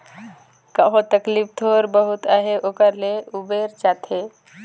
कहो तकलीफ थोर बहुत अहे ओकर ले उबेर जाथे